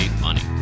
money